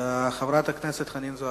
חברת הכנסת חנין זועבי.